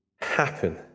happen